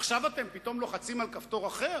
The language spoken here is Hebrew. עכשיו אתם פתאום לוחצים על כפתור אחר?